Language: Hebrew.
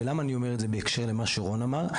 ולמה אני אומר את זה בהקשר למה שרון אמר?